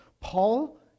Paul